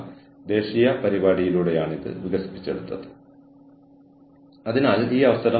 തന്ത്രപരമായ സംരംഭം എന്നാൽ കളി മാറ്റുന്നതിനായി എന്തെങ്കിലും അധികം ചെയ്യുന്നതിനെയാണ് പറയുന്നത്